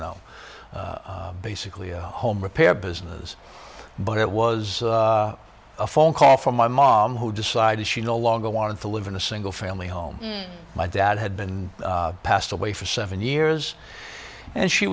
know basically a home repair business but it was a phone call from my mom who decided she no longer wanted to live in a single family home my dad had been passed away for seven years and she